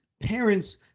parents